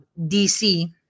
DC